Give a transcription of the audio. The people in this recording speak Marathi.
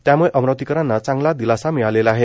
त्याम्ळे अमरावतीकरांना चांगला दिलासा मिळालेला आहे